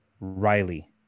Riley